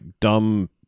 dumb